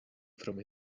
from